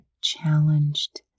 challenged